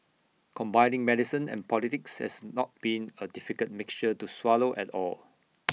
combining medicine and politics has not been A difficult mixture to swallow at all